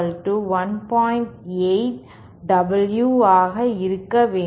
8 W ஆக இருக்க வேண்டும்